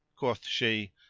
quoth she,